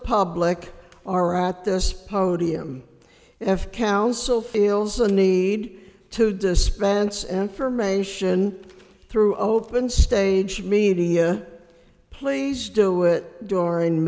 public are at this podium if council feels the need to dispense information through open stage media please do it d